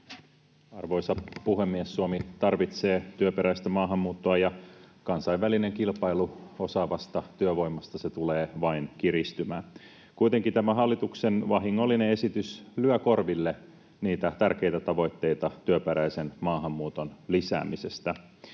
Arvoisa puhemies! Suomi tarvitsee työperäistä maahanmuuttoa, ja kansainvälinen kilpailu osaavasta työvoimasta tulee vain kiristymään. Kuitenkin tämä hallituksen vahingollinen esitys lyö korville niitä tärkeitä tavoitteita työperäisen maahanmuuton lisäämisestä.